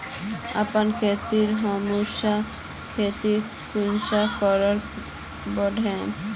अपना खेतेर ह्यूमस शक्ति कुंसम करे बढ़ाम?